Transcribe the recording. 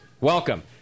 Welcome